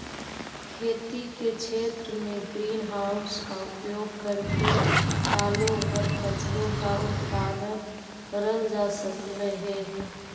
खेती के क्षेत्र में ग्रीन हाउस का प्रयोग करके सालों भर फसलों का उत्पादन करल जा सकलई हे